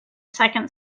second